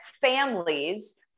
families